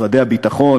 משרד הביטחון,